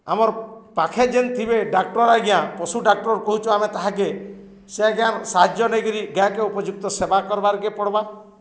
ଆମର୍ ପାଖେ ଯେନ୍ ଥିବେ ଡ଼ାକ୍ଟର୍ ଆଜ୍ଞା ପଶୁ ଡ଼ାକ୍ଟର୍ କହୁଛୁ ଆମେ ତାହାକେ ସେ ଆଜ୍ଞା ସାହାଯ୍ୟ ନେଇକିରି ଗାଏକେ ଉପଯୁକ୍ତ ସେବା କର୍ବାର୍କେ ପଡ଼୍ବା